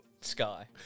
sky